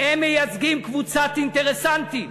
הם מייצגים קבוצת אינטרסנטים.